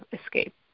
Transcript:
escape